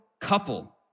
couple